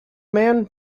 man